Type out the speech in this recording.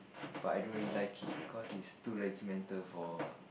but I don't really like it cause it's too regimental for